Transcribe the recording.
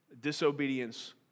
disobedience